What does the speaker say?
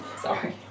Sorry